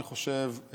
אני חושב,